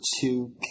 two